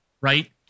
right